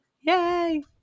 Yay